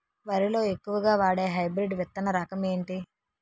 వరి లో ఎక్కువుగా వాడే హైబ్రిడ్ విత్తన రకం ఏంటి?